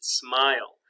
smile